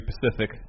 Pacific